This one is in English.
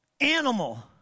animal